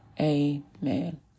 amen